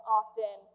often